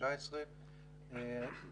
2019 והוא